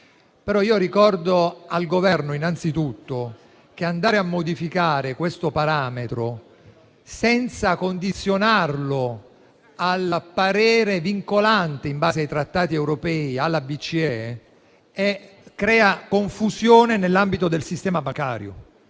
al Governo che andare a modificare questo parametro senza condizionarlo al parere vincolante, in base ai trattati europei, della BCE, crea confusione nell'ambito del sistema bancario.